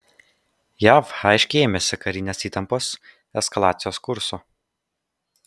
jav aiškiai ėmėsi karinės įtampos eskalacijos kurso